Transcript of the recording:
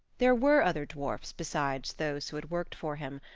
there were other dwarfs besides those who had worked for him,